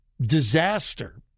disaster